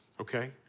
okay